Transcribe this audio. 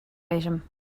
item